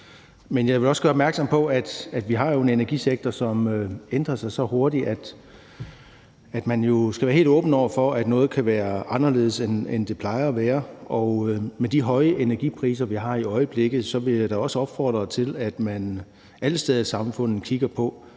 men jeg vil også gøre opmærksom på, at vi har en energisektor, som ændrer sig så hurtigt, at man skal være helt åben over for, at noget kan være anderledes, end det plejer at være. Og med de høje energipriser, vi har i øjeblikket, vil jeg da også opfordre til, at man alle steder i samfundet kigger på,